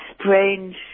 strange